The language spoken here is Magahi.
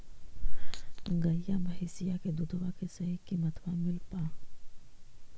गईया भैसिया के दूधबा के सही किमतबा मिल पा?